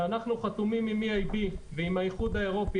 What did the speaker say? שאנחנו חתומים עם EIB ועם האיחוד האירופי